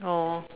oh